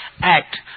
act